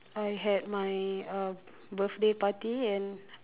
I had mine uh birthday party and